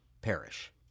perish